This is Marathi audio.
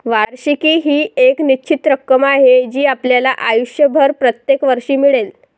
वार्षिकी ही एक निश्चित रक्कम आहे जी आपल्याला आयुष्यभर प्रत्येक वर्षी मिळेल